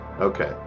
Okay